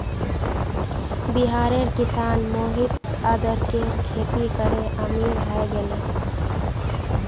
बिहारेर किसान मोहित अदरकेर खेती करे अमीर हय गेले